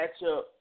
matchup